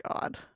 God